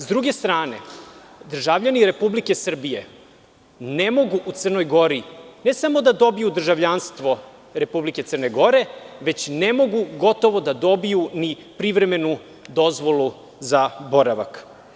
S druge strane, državljani Republike Srbije ne mogu u Crnoj Gori ne samo da dobiju državljanstvo Republike Crne Gore, već ne mogu gotovo da dobiju ni privremenu dozvolu za boravak.